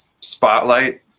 spotlight